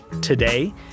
today